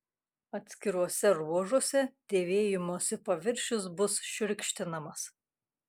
atskiruose ruožuose dėvėjimosi paviršius bus šiurkštinamas